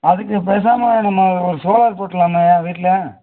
அதுக்கு பேசாமல் நம்ம சோலார் போட்டுருலாமையா வீட்டில்